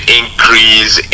increase